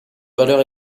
valeur